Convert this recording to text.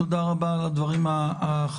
תודה רבה על הדברים החשובים.